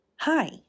Hi